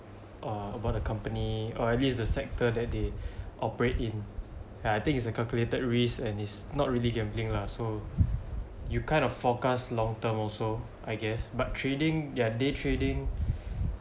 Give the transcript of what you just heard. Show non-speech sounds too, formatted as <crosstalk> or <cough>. uh about the company or at least the sector that <breath> they operate in and I think it's a calculated risk and it's not really gambling lah so you kind of forecast long term also I guess but trading their day trading